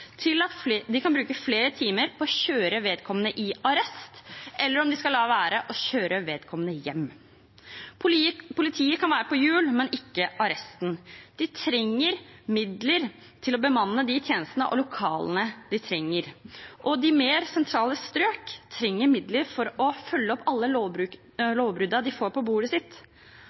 nok, til at de kan bruke flere timer på å kjøre vedkommende i arrest, eller om de skal la være og heller kjøre vedkommende hjem. Politiet kan være på hjul, men ikke arresten. De trenger midler til å bemanne de tjenestene og lokalene de trenger. De mer sentrale strøk trenger midler for å følge opp lovbruddene de får på bordet sitt.